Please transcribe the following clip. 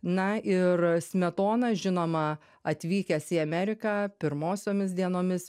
na ir smetona žinoma atvykęs į ameriką pirmosiomis dienomis